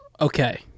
okay